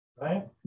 right